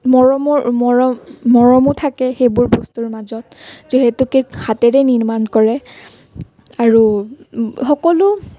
মৰমৰ মৰ মৰমো থাকে সেইবোৰ বস্তুৰ মাজত যিহেতুকে হাতেৰে নিৰ্মাণ কৰে আৰু সকলো